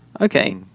Okay